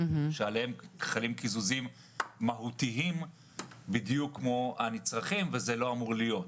שעליהם חלים קיזוזים מהותיים בדיוק כמו על נצרכים וזה לא אמור להיות.